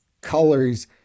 colors